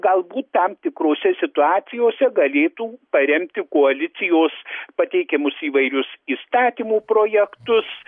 galbūt tam tikrose situacijose galėtų paremti koalicijos pateikiamus įvairius įstatymų projektus